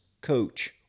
coach